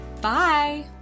Bye